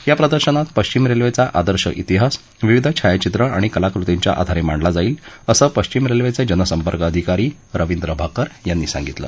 या प्रदर्शनात पश्विम रेल्वेचा आदर्श तिहास विविध छायाचित्र आणि कलाकृतींच्या आधारे मांडला जाईल असं पश्चिम रेल्वेचे जनसंपर्क अधिकारी रविंद्र भाकर यांनी सांगितलं